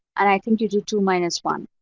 and think you do two minus one.